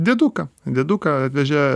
dėduką dėduką atvežė